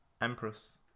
Empress